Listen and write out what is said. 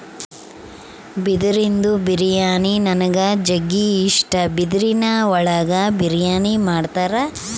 ಬಿದಿರಿಂದು ಬಿರಿಯಾನಿ ನನಿಗ್ ಜಗ್ಗಿ ಇಷ್ಟ, ಬಿದಿರಿನ್ ಒಳಗೆ ಬಿರಿಯಾನಿ ಮಾಡ್ತರ